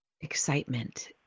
excitement